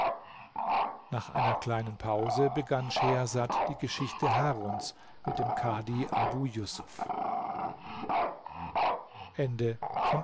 nach einer kleinen pause begann schehersad die geschichte haruns mit dem kadhi abu jusuf